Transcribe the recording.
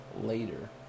later